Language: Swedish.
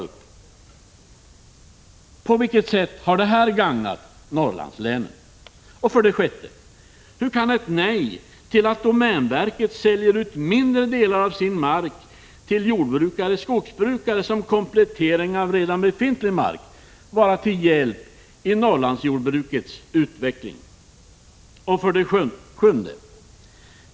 På vilket sätt har detta gagnat Norrlandslänen? 6. Hur kan ett nej till att domänverket säljer ut mindre delar av sin mark till jordbrukare eller skogsbrukare som komplettering av redan befintlig mark vara till hjälp i Norrlandsjordbrukets utveckling? 7.